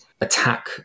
attack